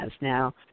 Now